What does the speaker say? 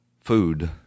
food